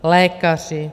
Lékaři?